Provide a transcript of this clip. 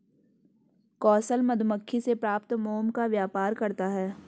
कौशल मधुमक्खी से प्राप्त मोम का व्यापार करता है